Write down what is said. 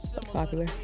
popular